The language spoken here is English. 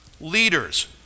leaders